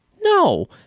No